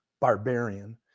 barbarian